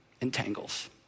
entangles